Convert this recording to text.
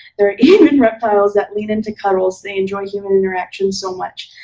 there are even reptiles that lean into cuddle cause they enjoy human interaction so much.